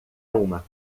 uma